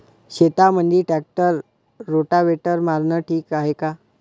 शेतामंदी tractor rotavator मारनं ठीक हाये का?